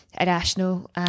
irrational